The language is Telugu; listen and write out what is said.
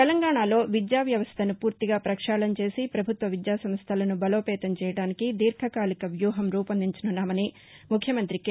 తెలంగాణాలో విద్యావ్యవస్లను పూర్తిగా పక్షాళన చేసి ప్రభుత్వ విద్యాసంస్లలను బలోపేతం చేయడానికి దీర్ఘకాలిక ప్యూహం రూపొందించసున్నామని ముఖ్యమంతి కె